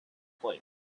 plate